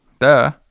Duh